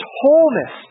wholeness